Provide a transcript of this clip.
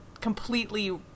completely